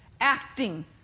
acting